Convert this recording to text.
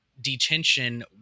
detention